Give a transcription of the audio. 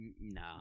No